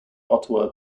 ottawa